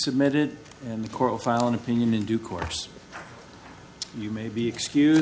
submitted and coral file an opinion in due course you may be excuse